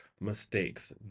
mistakes